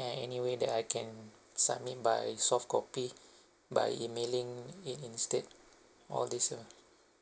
uh any way that I can submit by soft copy by emailing it instead all these uh